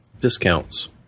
discounts